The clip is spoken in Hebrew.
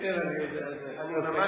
כן, אני יודע, אני מצטער.